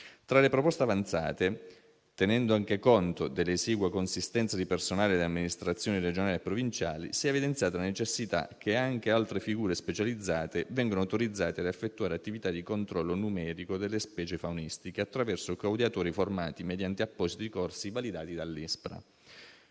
Tra le proposte avanzate, tenendo anche conto dell'esigua consistenza di personale delle amministrazioni regionali e provinciali, si è evidenziata la necessità che anche altre figure specializzate vengano autorizzate a effettuare attività di controllo numerico delle specie faunistiche, attraverso coadiutori formati mediante appositi corsi validati dall'ISPRA.